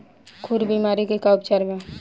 खुर बीमारी के का उपचार बा?